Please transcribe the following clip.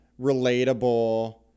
relatable